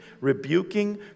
rebuking